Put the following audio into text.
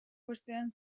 bostean